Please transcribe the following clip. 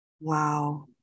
Wow